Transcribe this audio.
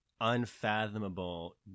unfathomable